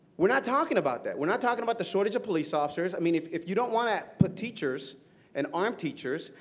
we're not talking about that. we're not talking about the shortage of police officers. i mean, if if you don't want to put teachers and arm teachers,